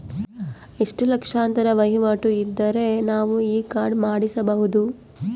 ಎಷ್ಟು ಲಕ್ಷಾಂತರ ವಹಿವಾಟು ಇದ್ದರೆ ನಾವು ಈ ಕಾರ್ಡ್ ಮಾಡಿಸಬಹುದು?